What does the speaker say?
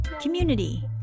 community